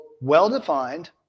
well-defined